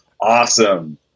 Awesome